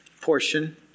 portion